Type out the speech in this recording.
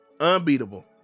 unbeatable